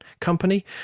company